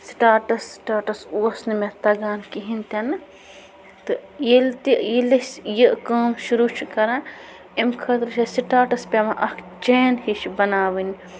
سِٹاٹَس status اوس نہٕ مےٚ تَگان کِہیٖنۍ تہِ نہٕ تہٕ ییٚلہِ تہِ ییٚلہِ أسۍ یہِ کٲم شُروٗع چھِ کَران امہِ خٲطرٕ چھِ أسۍ سِٹاٹَس پٮ۪وان اَکھ چین ہِش بَناوٕنۍ